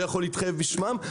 לא יכול להתחייב בשמם,